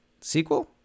sequel